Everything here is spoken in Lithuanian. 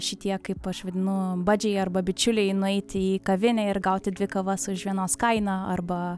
šitie kaip aš vadinu badžiai arba bičiuliai nueiti į kavinę ir gauti dvi kavas už vienos kainą arba